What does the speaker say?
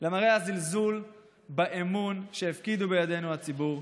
למראה הזלזול באמון שהפקיד בידינו הציבור.